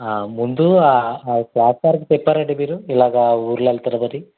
ముందు ఆ క్లాస్ సార్కి చెప్పారా అండి మీరు ఇలా ఊర్లు వెళ్తున్నారని